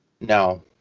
no